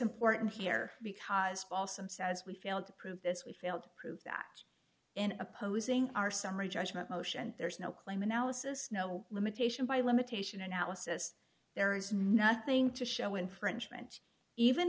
important here because also says we failed to prove this we failed to prove that in opposing our summary judgment motion there is no claim analysis no limitation by limitation analysis there is nothing to show infringement even